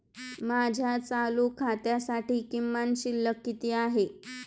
माझ्या चालू खात्यासाठी किमान शिल्लक किती आहे?